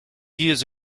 years